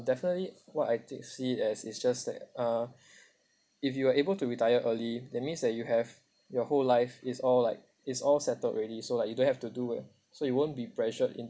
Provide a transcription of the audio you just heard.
definitely what I could see that it's just that uh if you are able to retire early that means that you have your whole life is all like it's all settled already so like you don't have to do eh so you won't be pressured